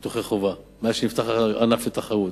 ביטוחי החובה, מאז שנפתח הענף לתחרות.